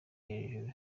hejuru